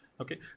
okay